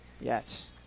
Yes